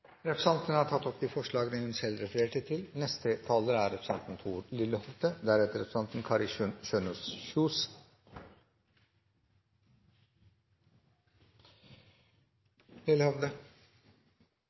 Representanten Sonja Irene Sjøli har tatt opp de forslagene hun refererte til.